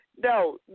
No